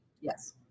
Yes